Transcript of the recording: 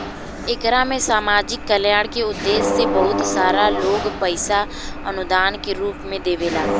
एकरा में सामाजिक कल्याण के उद्देश्य से बहुत सारा लोग पईसा अनुदान के रूप में देवेला